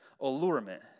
allurement